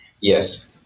Yes